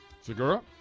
Segura